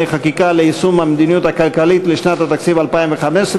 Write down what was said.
חקיקה ליישום המדיניות הכלכלית לשנת התקציב 2015),